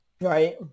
Right